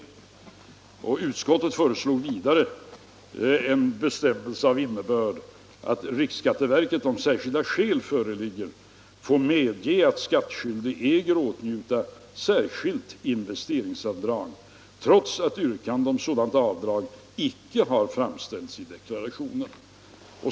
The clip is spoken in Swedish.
Utkomsttaxeringen i skottet föreslog vidare en bestämmelse av innebörd att riksskatteverket vissa fall av ringa om särskilda skäl förelåg skulle få medge att skattskyldig utnyttjade sär — försumlighet skilt investeringsavdrag trots att yrkande om sådant avdrag icke hade framställts i deklarationen.